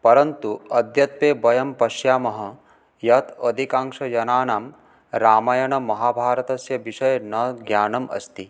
परन्तु अद्यत्वे वयं पश्यामः यत् अधिकांशजनानां रामायणमहाभारतस्य विषये न ज्ञानम् अस्ति